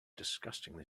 disgustingly